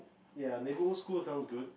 ya neighbourhood schools sound good